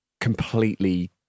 completely